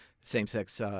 same-sex